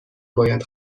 باید